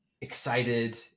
excited